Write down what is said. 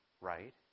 right